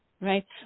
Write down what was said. right